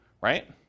right